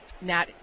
nat